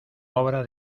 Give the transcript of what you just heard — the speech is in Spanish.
obra